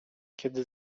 kiedy